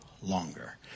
longer